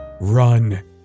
Run